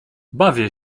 bawię